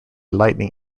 lightning